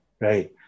right